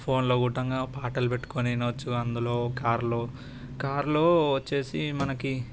ఫోన్లో కూటంగా పాటలు పెట్టుకొని వినవచ్చు అందులో కారులో కారులో వచ్చేసి మనకి